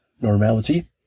normality